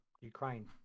ukraine